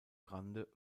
grande